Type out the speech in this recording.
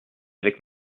avec